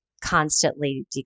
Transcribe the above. constantly